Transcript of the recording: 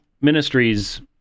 Ministries